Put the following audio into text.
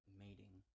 mating